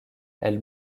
elle